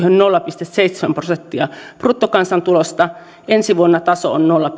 nolla pilkku seitsemän prosenttia bruttokansantulosta ensi vuonna taso on nolla